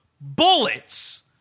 bullets